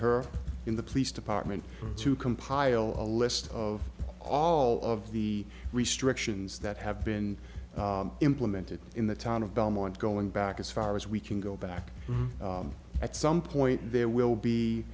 her in the police department to compile a list of all of the restrictions that have been implemented in the town of belmont going back as far as we can go back at some point there will be